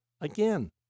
Again